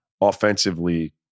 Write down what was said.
offensively